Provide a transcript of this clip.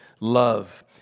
love